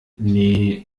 nee